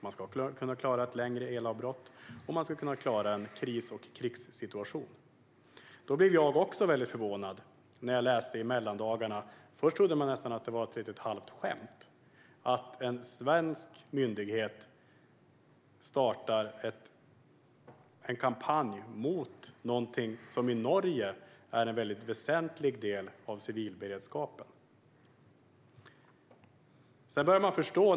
Man ska kunna klara ett längre elavbrott och en kris eller krigssituation. Jag blev väldigt förvånad när jag i mellandagarna läste att en svensk myndighet startar en kampanj mot något som i Norge är en väsentlig del av civilberedskapen; först trodde jag nästan att det var ett skämt.